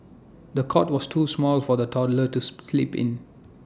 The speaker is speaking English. the cot was too small for the toddler to sleep in